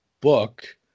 book